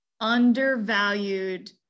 undervalued